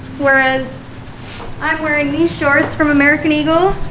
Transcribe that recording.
whereas i'm wearing these shorts from american eagle.